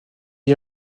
est